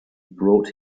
brought